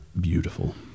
beautiful